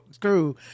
crew